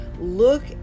look